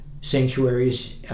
sanctuaries